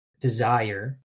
desire